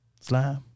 slime